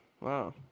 wow